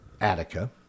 Attica